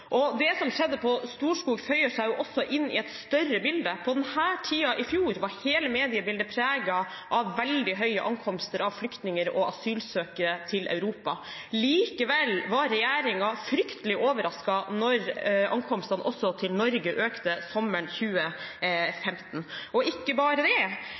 Det som skjedde på Storskog, føyer seg også inn i et større bilde. På denne tiden i fjor var hele mediebildet preget av et veldig høyt antall ankomster av flyktninger og asylsøkere til Europa. Likevel var regjeringen fryktelig overrasket da også antallet ankomster til Norge økte sommeren 2015. Og ikke bare det: